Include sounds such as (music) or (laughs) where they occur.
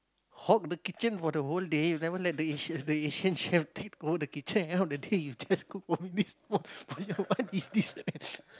hog the kitchen for the whole day you never let the Asian the Asian chef take over the kitchen at the end of the day you just cook for me this small portion what is this (laughs)